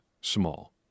small